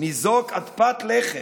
ניזוק עד פת לחם.